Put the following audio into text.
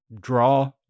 draw